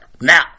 Now